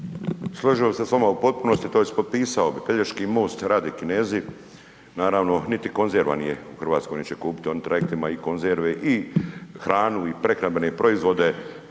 Složio bih se s vama u potpunosti, tj. potpisao bi Pelješki most rade Kinezi, naravno niti konzerva nije u Hrvatskoj neće kupiti, oni trajektima i konzerve i hranu i prehrambene proizvode